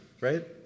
right